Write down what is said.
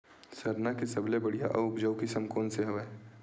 सरना के सबले बढ़िया आऊ उपजाऊ किसम कोन से हवय?